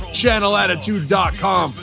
channelattitude.com